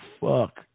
fuck